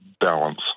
balance